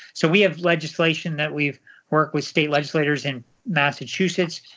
so we have legislation that we've worked with state legislators in massachusetts,